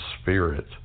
Spirit